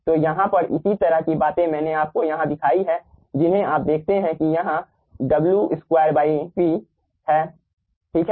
तो यहाँ पर इसी तरह की बातें मैंने आपको यहाँ दिखाई हैं जिन्हें आप देखते हैं कि यहां w2p है ठीक है